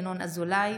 ינון אזולאי,